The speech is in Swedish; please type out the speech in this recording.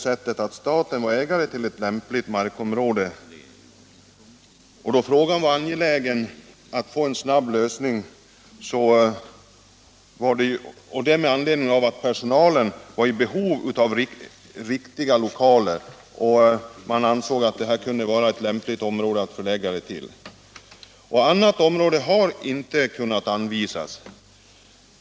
Staten var nu ägare till ett lämpligt markområde, och då det var angeläget att frågan fick en snabb lösning, med anledning av att personalen var i behov av riktiga lokaler, ansåg man att det kunde vara ett lämpligt område att förlägga den till. Något annat område har heller inte kunnat anvisas.